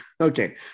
Okay